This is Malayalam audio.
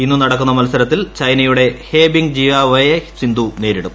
ഇന്ന് നടക്കുന്ന മൽസരത്തിൽ ചൈനയുടെ ്രിഷ്ട് ബിങ് ജിയാവോയെ സിന്ധു നേരിടും